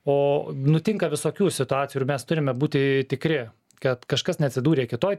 o nutinka visokių situacijų ir mes turime būti tikri kad kažkas neatsidūrė kitoj